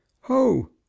Ho